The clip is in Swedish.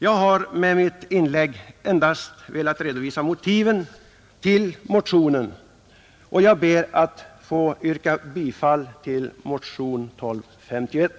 Jag har med mitt inlägg endast velat redovisa motiven till motionen. Jag ber att få yrka bifall till motionen 1251.